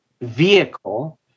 vehicle